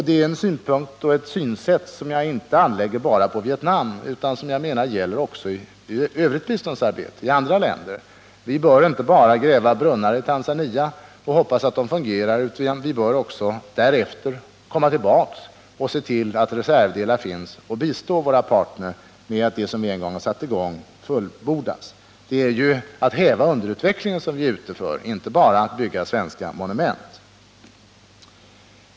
Det är en synpunkt och ett synsätt som jag inte anlägger bara på Vietnam utan som jag menar gäller också i övrigt biståndsarbete i andra länder. Vi bör inte bara gräva brunnar i Tanzania och hoppas att de fungerar, utan vi bör också därefter komma tillbaka och se till att reservdelar finns och bistå våra partner så att det som vi satt i gång också fullbordas. Vi är ju ute efter att häva underutvecklingen, inte efter att bara bygga svenska monument.